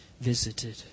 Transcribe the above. visited